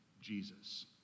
Jesus